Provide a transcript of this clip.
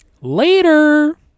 later